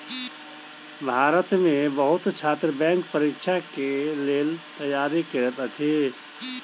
भारत में बहुत छात्र बैंक परीक्षा के लेल तैयारी करैत अछि